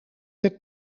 het